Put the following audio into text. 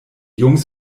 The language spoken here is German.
jungs